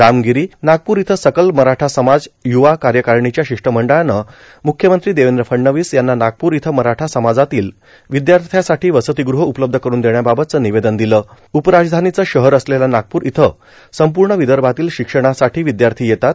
रार्मागरो नागपूर इथं सकल मराठा समाज य्वा कार्यकार्ारणीचे शिष्टमंडळान भेटून मुख्यमंत्री देवद्र फडणवीस यांना नागपूर इथ मराठा समाजातील विद्याथ्यासाठो वसतीगृह उपलब्ध करुन देण्याबाबतचे र्दाले उपराजधानीचे शहर असलेल्या नागपूर इथ संपूण विदभातील शिक्षणासाठी विदयार्था येतात